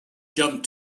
jump